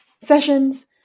sessions